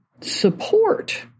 support